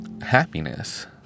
happiness